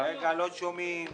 נשיא המדינה,